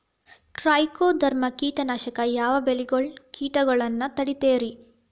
Trichoderma ಕೇಟನಾಶಕ ಯಾವ ಬೆಳಿಗೊಳ ಕೇಟಗೊಳ್ನ ತಡಿತೇತಿರಿ?